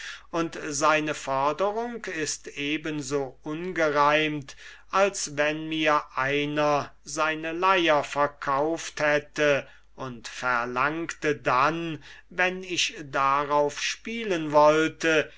und seine forderung ist eben so ungereimt als wenn mir einer seine leier verkauft hätte und verlangte dann wenn ich darauf spielen wollte